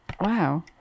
Wow